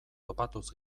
topatuz